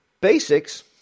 Basics